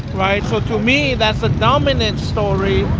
right? so to me, that's the dominant story,